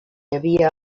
havia